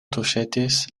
tuŝetis